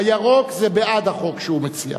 הירוק זה בעד החוק שהוא מציע,